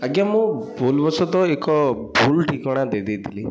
ଆଜ୍ଞା ମୁଁ ଭୁଲବସତ ଏକ ଭୁଲ ଠିକଣା ଦେଇ ଦେଇଥିଲି